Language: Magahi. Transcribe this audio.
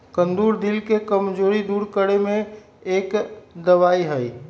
कुंदरू दिल के कमजोरी दूर करे में एक दवाई हई